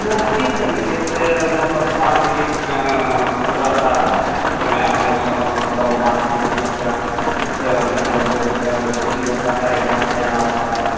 वो किस तरीके से मतलब बार प्रीत में रहता है समय मौसम मतलब बार प्रीत से क्या मतलब बेगूसराय में क्षति होता है या फायदा होता है